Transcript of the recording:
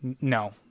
No